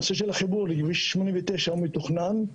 הנושא של החיבור לכביש 89 מתוכנן.